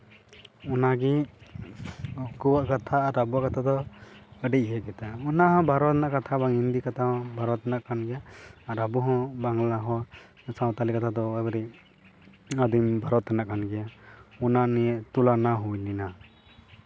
ᱚᱱᱟᱜᱮ ᱩᱱᱠᱩᱣᱟᱜ ᱠᱟᱛᱷᱟ ᱟᱨ ᱟᱵᱚᱣᱟᱜ ᱠᱟᱛᱷᱟ ᱫᱚ ᱟᱹᱰᱤ ᱤᱭᱟᱹ ᱜᱮᱛᱟ ᱵᱚᱱᱟ ᱚᱱᱟ ᱵᱷᱟᱨᱚᱛ ᱨᱮᱭᱟᱜ ᱠᱟᱛᱷᱟ ᱦᱤᱱᱫᱤ ᱠᱟᱛᱷᱟ ᱦᱚᱸ ᱵᱷᱟᱨᱚᱛ ᱨᱮᱭᱟᱜ ᱠᱟᱱ ᱜᱮᱭᱟ ᱟᱨ ᱟᱵᱚ ᱦᱚᱸ ᱵᱟᱝᱞᱟ ᱦᱚᱸ ᱥᱟᱶᱛᱟᱞᱤ ᱠᱟᱛᱷᱟ ᱫᱚ ᱞᱟᱹᱭ ᱵᱟᱹᱲᱤᱡ ᱟᱹᱫᱤᱢ ᱵᱷᱟᱨᱚᱛ ᱨᱮᱭᱟᱜ ᱠᱟᱱ ᱜᱮᱭᱟ ᱚᱱᱟ ᱱᱤᱭᱮ ᱛᱩᱞᱚᱱᱟ ᱦᱩᱭ ᱞᱮᱱᱟ